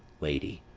lady.